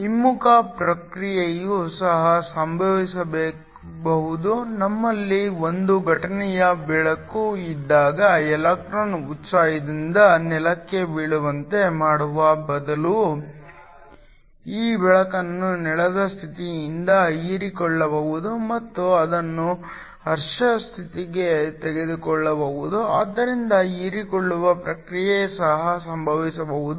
ಹಿಮ್ಮುಖ ಪ್ರಕ್ರಿಯೆಯು ಸಹ ಸಂಭವಿಸಬಹುದು ನಮ್ಮಲ್ಲಿ ಒಂದು ಘಟನೆಯ ಬೆಳಕು ಇದ್ದಾಗ ಎಲೆಕ್ಟ್ರಾನ್ ಉತ್ಸಾಹದಿಂದ ನೆಲಕ್ಕೆ ಬೀಳುವಂತೆ ಮಾಡುವ ಬದಲು ಈ ಬೆಳಕನ್ನು ನೆಲದ ಸ್ಥಿತಿಯಿಂದ ಹೀರಿಕೊಳ್ಳಬಹುದು ಮತ್ತು ಅದನ್ನು ಹರ್ಷ ಸ್ಥಿತಿಗೆ ತೆಗೆದುಕೊಳ್ಳಬಹುದು ಆದ್ದರಿಂದ ಹೀರಿಕೊಳ್ಳುವ ಪ್ರಕ್ರಿಯೆ ಸಹ ಸಂಭವಿಸಬಹುದು